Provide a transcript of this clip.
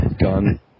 gun